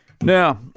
Now